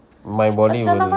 my body would